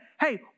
hey